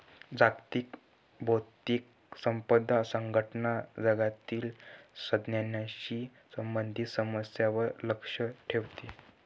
जागतिक बौद्धिक संपदा संघटना जगातील ज्ञानाशी संबंधित समस्यांवर लक्ष ठेवते